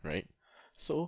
right so